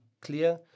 clear